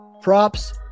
props